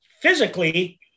physically